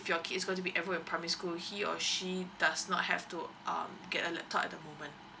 your kids are going to be enrolled into primary school he or she does not have to um get a laptop at the moment